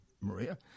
maria